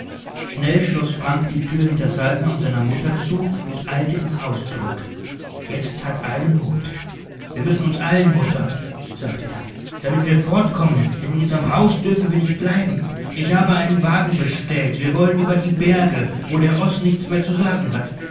schnell schloß frank die tür hinter saltner und seiner mutter zu und eilte ins haus zurück jetzt tat eile not wir müssen uns eilen mutter sagte er damit wir fortkommen denn in unserm haus dürfen wir nicht bleiben ich habe einen wagen bestellt wir wollen über die berge wo der oß nichts mehr zu sagen hat